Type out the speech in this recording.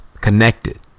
Connected